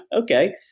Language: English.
Okay